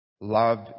Love